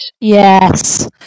yes